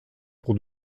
pour